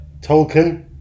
Tolkien